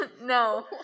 no